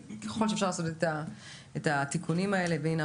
שכלל שאפשר לעשות את התיקונים האלה והנה,